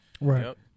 Right